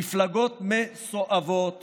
מפלגות מסואבות